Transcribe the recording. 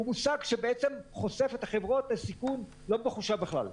הוא מושג שחושף את החברות לסיכון לא מחושב בכלל.